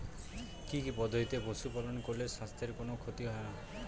কি কি পদ্ধতিতে পশু পালন করলে স্বাস্থ্যের কোন ক্ষতি হয় না?